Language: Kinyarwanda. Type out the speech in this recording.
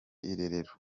irerero